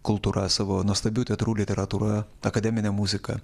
kultūra savo nuostabiu teatru literatūra akademine muzika